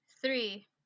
three